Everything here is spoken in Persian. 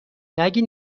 نگی